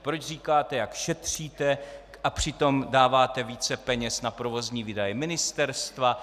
proč říkáte, jak šetříte, a přitom dáváte více peněz na provozní výdaje ministerstva;